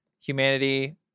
humanity